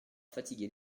fatiguer